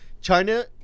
China